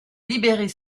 libérer